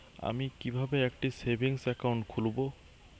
আমি কিভাবে একটি সেভিংস অ্যাকাউন্ট খুলব?